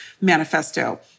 manifesto